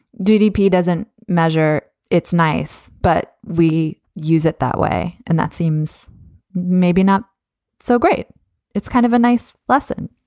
ddp doesn't measure. it's nice, but we use it that way. and that seems maybe not so great it's kind of a nice lesson,